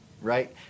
right